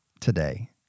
today